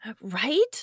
Right